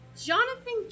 Jonathan